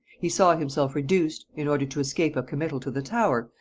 he saw himself reduced, in order to escape a committal to the tower,